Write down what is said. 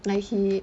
like he